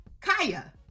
Kaya